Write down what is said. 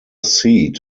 seat